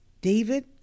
David